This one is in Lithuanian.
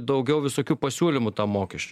daugiau visokių pasiūlymų tam mokesčiui